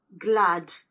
glad